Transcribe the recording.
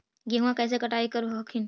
गेहुमा कैसे कटाई करब हखिन?